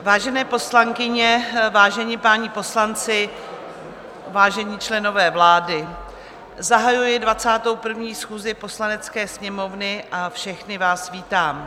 Vážené paní poslankyně, vážení páni poslanci, vážení členové vlády, zahajuji 21. schůzi Poslanecké sněmovny a všechny vás vítám.